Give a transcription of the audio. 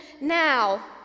now